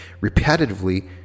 repetitively